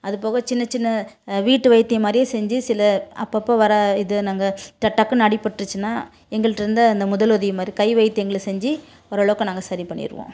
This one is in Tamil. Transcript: அதுபோக சின்ன சின்ன வீட்டு வைத்தியம் மாதிரியே செஞ்சு சில அப்பப்போ வர இது என்னங்க டக்குன்னு அடிபட்ருச்சின்னா எங்கள்கிட்ட இருந்த அந்த முதலுதவி மாதிரி கை வைத்தியங்களை செஞ்சு ஓரளவுக்கு நாங்கள் சரி பண்ணிருவோம்